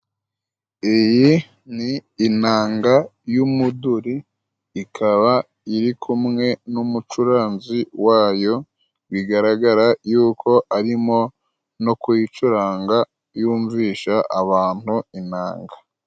Iyi ni inanga y'umuduri ikaba iri kumwe n'umucuranzi wayo bigaragara yuko arimo no kuyicuranga yumvisha abantu inanga.